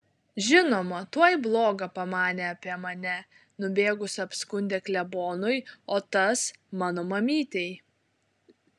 žinoma tuoj bloga pamanė apie mane nubėgus apskundė klebonui o tas mano mamytei